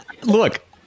Look